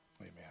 amen